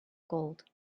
gold